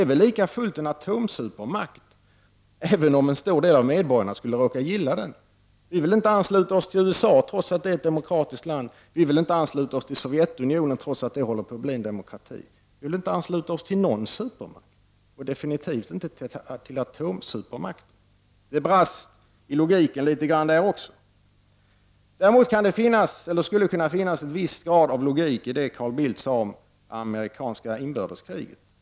Det är likafullt en atomsupermakt även om en stor del av medborgarna råkar gilla den. Vi vill inte ansluta oss till USA, trots att det är ett demokratiskt land. Vi vill inte ansluta oss till Sovjetunionen, trots att det håller på att bli en demokrati. Vi vill inte ansluta oss till någon supermakt, och definitivt inte till en atomsupermakt. Det brast litet grand i logiken i det resonemang som fördes. Däremot skulle det kunna finnas en viss grad av logik i det Carl Bildt sade om det amerikanska inbördeskriget.